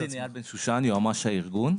אני יועמ"ש הארגון.